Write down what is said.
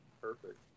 perfect